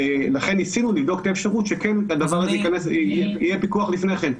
ולכן ניסינו לבדוק את האפשרות שכן יהיה פיקוח לפני כן.